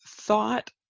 thought